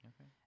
Okay